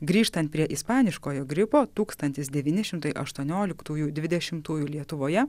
grįžtant prie ispaniškojo gripo tūkstantis devyni šimtai aštuonioliktųjų dvidešimtųjų lietuvoje